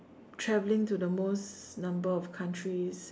travelling to the most number of countries